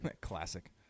Classic